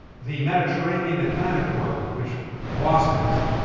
the mediterranean atlantic world, in which boston is a